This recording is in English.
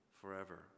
forever